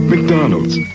McDonald's